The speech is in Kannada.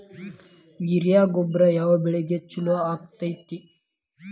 ಯೂರಿಯಾ ಗೊಬ್ಬರ ಯಾವ ಬೆಳಿಗೆ ಛಲೋ ಆಕ್ಕೆತಿ?